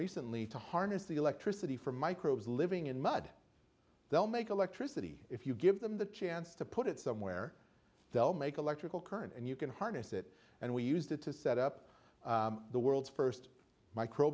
recently to harness the electricity from microbes living in mud they'll make electricity if you give them the chance to put it somewhere they'll make electrical current and you can harness it and we used it to set up the world's first